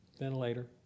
ventilator